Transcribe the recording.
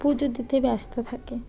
পুজো দিতে ব্যস্ত থাকে